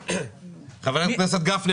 חבר הכנסת גפני,